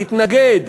להתנגד,